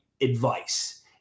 advice